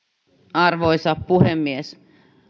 arvoisa puhemies